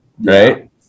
right